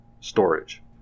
storage